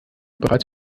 bereits